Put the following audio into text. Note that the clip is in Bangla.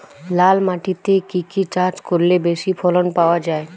লাল মাটিতে কি কি চাষ করলে বেশি ফলন পাওয়া যায়?